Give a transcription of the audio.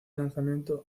lanzamiento